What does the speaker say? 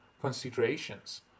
considerations